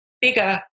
bigger